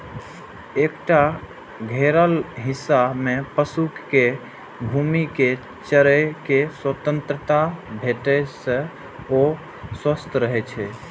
एकटा घेरल हिस्सा मे पशु कें घूमि कें चरै के स्वतंत्रता भेटै से ओ स्वस्थ रहै छै